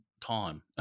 time